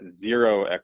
zero